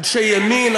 אנשי ימין,